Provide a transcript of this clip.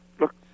look